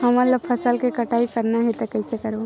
हमन ला फसल के कटाई करना हे त कइसे करबो?